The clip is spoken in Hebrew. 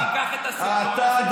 אתם,